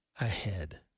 ahead